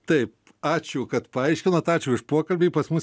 taip ačiū kad paaiškinot ačiū už pokalbį pas mus